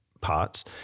parts